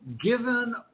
given